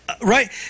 right